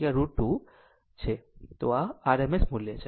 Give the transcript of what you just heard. તો આ rms મુલ્ય છે